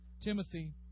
Timothy